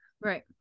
right